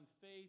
faith